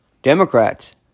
Democrats